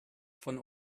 von